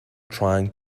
trying